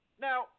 now